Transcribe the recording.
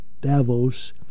Davos